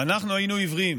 ואנחנו היינו עיוורים